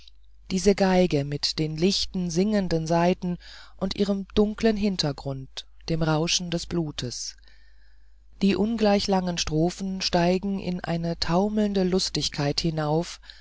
diese geige mit den lichten singenden saiten und ihrem dunklen hintergrund dem rauschen des blutes die ungleichlangen strophen steigen in eine taumelnde lustigkeit hinauf